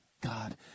God